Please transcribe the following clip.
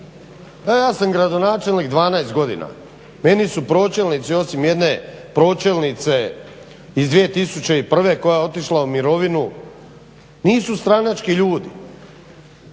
ja sam gradonačelnik 12 godina, meni su pročelnici osim jedne pročelnice iz 2001. koja je otišla u mirovinu nisu stranački ljudi,